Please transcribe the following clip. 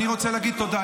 אני רוצה להגיד תודה.